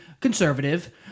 conservative